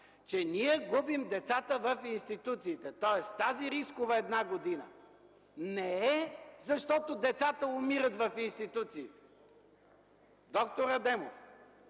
че ние губим децата в институциите, тоест тази рискова една година не е, защото децата умират в институциите. Доктор Адемов,